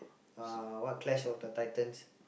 uh what Clash-of-the-Titans